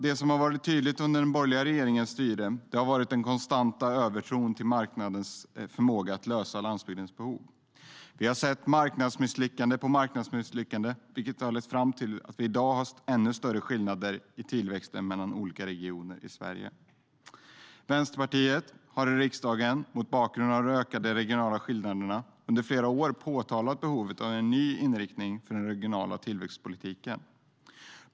Det som var tydligt under den borgerliga regeringens styre var den konstanta övertron på marknadens förmåga att möta landsbygdens behov. Vi har sett marknadsmisslyckande på marknadsmisslyckande, vilket har lett fram till att vi i dag har ännu större skillnader i tillväxten mellan olika regioner i Sverige.Vänsterpartiet har i riksdagen mot bakgrund av de ökade regionala skillnaderna under flera år påtalat behovet av en ny inriktning för den regionala tillväxtpolitiken.